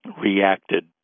reacted